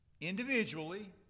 individually